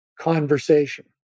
conversation